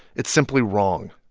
it's simply wrong.